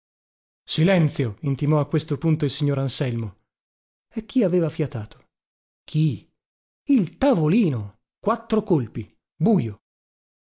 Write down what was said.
silenzio intimò a questo punto il signor anselmo e chi aveva fiatato chi il tavolino quattro colpi bujo